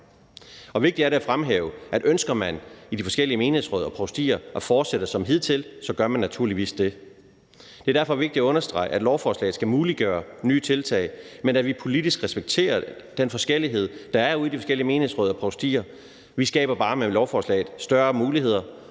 Vigtigt er det at fremhæve, at ønsker man i de forskellige menighedsråd og provstier at fortsætte som hidtil, gør man naturligvis det. Det er derfor vigtigt at understrege, at lovforslaget skal muliggøre nye tiltag, men at vi politisk respekterer den forskellighed, der er ude i de forskellige menighedsråd og provstier; vi skaber bare med lovforslaget større muligheder